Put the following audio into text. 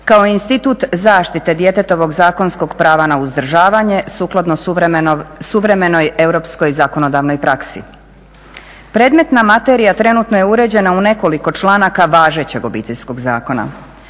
kao institut zaštite djetetovog zakonskog prava na uzdržavanje sukladno suvremenoj europskoj zakonodavnoj praksi. Predmetna materija trenutno je uređena u nekoliko članaka važećeg Obiteljskog zakona.